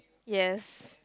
yes